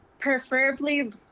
Preferably